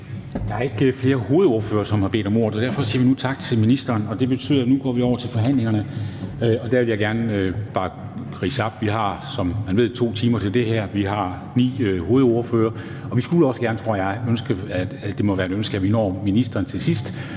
Der er ikke flere hovedordførere, som har bedt om ordet, og derfor siger vi nu tak til ministeren. Det betyder, at vi nu går over til forhandlingen. Og der vil jeg bare gerne ridse op, at vi, som man ved, har 2 timer til det her, vi har ni hovedordførere, og vi skulle også gerne, og det tror jeg må være et ønske, nå ministeren til sidst.